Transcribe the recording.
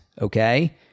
okay